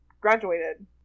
graduated